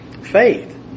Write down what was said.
faith